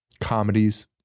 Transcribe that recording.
comedies